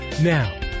Now